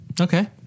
okay